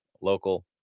local